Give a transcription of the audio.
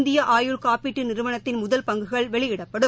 இந்திய ஆயுள் காப்பீட்டு நிறுவனத்தின் முதல் பங்குகள் வெளியிடப்படும்